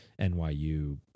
NYU